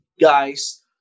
guys